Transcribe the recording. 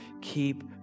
keep